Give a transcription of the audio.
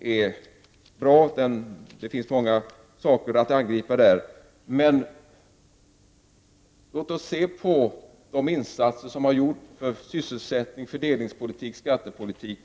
är bra. Det finns många saker att angripa där. Men låt oss se på de insatser som gjorts för sysselsättning, fördelningspolitik och skattepolitik.